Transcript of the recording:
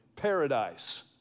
paradise